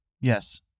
Yes